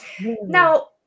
now